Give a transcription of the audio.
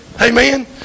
Amen